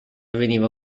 veniva